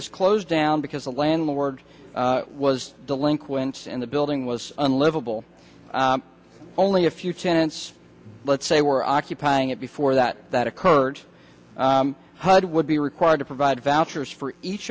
is closed down because the landlord was delinquents and the building was unlivable only a few tents let's say were occupying it before that that occurred hud would be required to provide vouchers for each